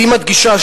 והיא מדגישה,